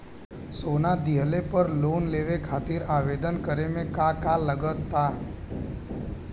सोना दिहले पर लोन लेवे खातिर आवेदन करे म का का लगा तऽ?